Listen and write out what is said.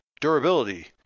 durability